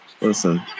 Listen